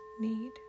need